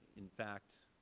in fact,